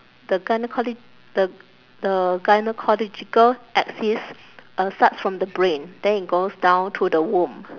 the gynaecolo~ the the gynaecological axis uh starts from the brain then it goes down to the womb